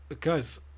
guys